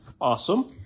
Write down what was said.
Awesome